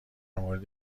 مورد